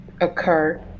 occur